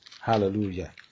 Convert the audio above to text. hallelujah